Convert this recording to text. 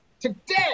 Today